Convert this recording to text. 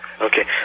Okay